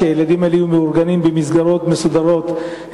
שהילדים האלה יהיו מאורגנים במסגרות מסודרות,